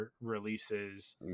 releases